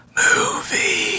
movie